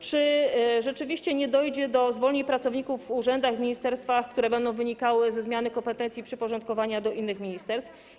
Czy rzeczywiście nie dojdzie do zwolnień pracowników w urzędach, w ministerstwach, które będą wynikały ze zmiany kompetencji, przyporządkowania do innych ministerstw?